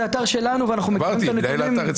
זה אתר שלנו ואנחנו מכירים את הנתונים